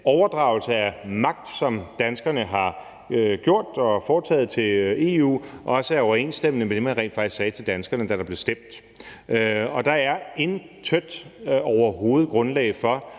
overdragelse af magt til EU, som danskerne har foretaget, også er overensstemmende med det, man rent faktisk sagde til danskerne, da der blev stemt. Der er overhovedet intet grundlag for,